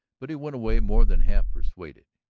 but went away more than half-persuaded.